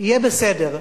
יהיה בסדר.